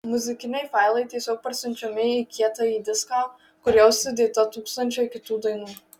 muzikiniai failai tiesiog parsiunčiami į kietąjį diską kur jau sudėta tūkstančiai kitų dainų